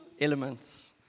elements